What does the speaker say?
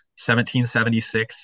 1776